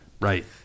Right